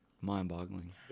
mind-boggling